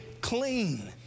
clean